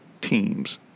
teams